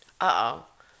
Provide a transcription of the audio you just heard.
Uh-oh